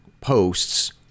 posts